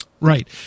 Right